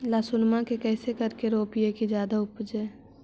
लहसूनमा के कैसे करके रोपीय की जादा उपजई?